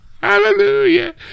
Hallelujah